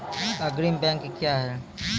अग्रणी बैंक क्या हैं?